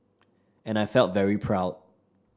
and I felt very proud